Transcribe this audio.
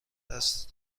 است